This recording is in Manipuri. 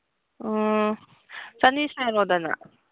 ꯑꯣ ꯆꯅꯤ ꯁꯥꯔꯣꯗꯅ